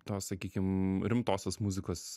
tos sakykim rimtosios muzikos